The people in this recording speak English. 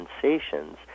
sensations